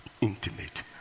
intimate